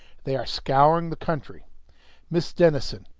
they are scouring the country miss denison!